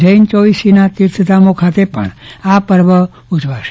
જૈન ચૌવીસીના તીર્થધામો ખાતે પણ આ પર્વ ઉજવાસે